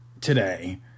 today